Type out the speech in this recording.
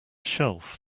shelf